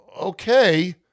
okay